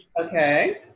Okay